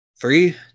three